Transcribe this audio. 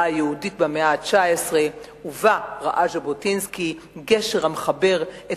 היהודית במאה ה-19 שבה ראה ז'בוטינסקי גשר המחבר את